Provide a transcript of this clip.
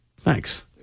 Thanks